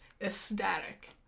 ecstatic